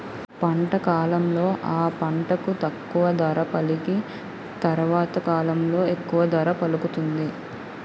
పంట కాలంలో ఆ పంటకు తక్కువ ధర పలికి తరవాత కాలంలో ఎక్కువ ధర పలుకుతుంది